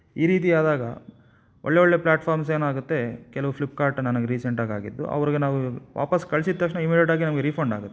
ಈ ರೀತಿ ಆದಾಗ ಒಳ್ಳೊಳ್ಳೆಯ ಪ್ಲ್ಯಾಟ್ಫಾರ್ಮ್ಸ್ ಏನಾಗುತ್ತೆ ಕೆಲವು ಫ್ಲಿಪ್ಕಾರ್ಟ್ ನನಗೆ ರೀಸೆಂಟಾಗಿ ಆಗಿದ್ದು ಅವ್ರಿಗೆ ನಾವು ವಾಪಾಸ್ಸು ಕಳ್ಸಿದ ತಕ್ಷಣ ಇಮಿಡಿಯೆಟ್ಟಾಗಿ ನಮಗೆ ರೀಫಂಡ್ ಆಗುತ್ತೆ